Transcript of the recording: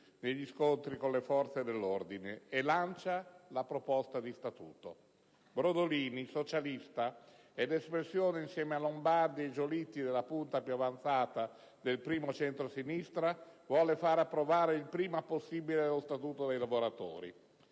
negli scontri con le forze dell'ordine, e lancia la proposta di Statuto. Brodolini, socialista ed espressione, insieme a Lombardi e Giolitti, della punta più avanzata del primo centrosinistra, volle far approvare il prima possibile lo Statuto dei lavoratori.